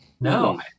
No